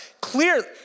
Clearly